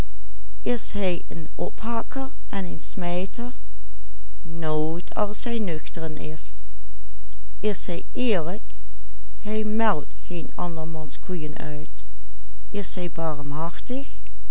andermans koeien uit